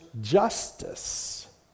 justice